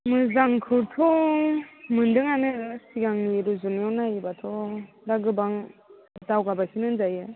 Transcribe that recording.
मोजांखौथ' मोन्दोंआनो सिगांनि रुजुनायाव नायोब्लाथ' दा गोबां दावगाबायखौनो होनजायो